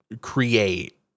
create